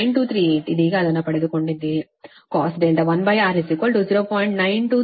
9238 ಇದೀಗ ಅದನ್ನು ಪಡೆದುಕೊಂಡಿದ್ದೀರಿ Cos R1 0